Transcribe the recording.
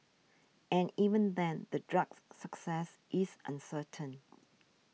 and even then the drug's success is uncertain